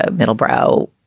ah middlebrow,